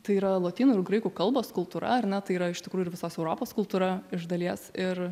tai yra lotynų ir graikų kalbos kultūra ar ne tai yra iš tikrųjų ir visos europos kultūra iš dalies ir